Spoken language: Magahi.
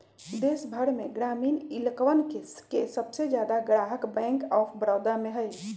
देश भर में ग्रामीण इलकवन के सबसे ज्यादा ग्राहक बैंक आफ बडौदा में हई